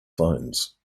phones